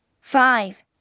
Five